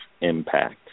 impact